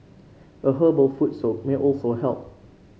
a herbal foot soak may also help